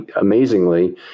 amazingly